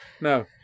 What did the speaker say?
No